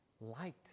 light